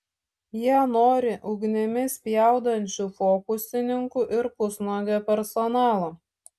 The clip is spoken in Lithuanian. jie nori ugnimi spjaudančių fokusininkų ir pusnuogio personalo